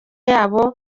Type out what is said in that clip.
yabo